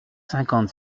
cinquante